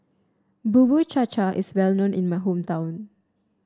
Bubur Cha Cha is well known in my hometown